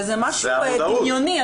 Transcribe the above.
זה משהו דמיוני,